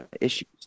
issues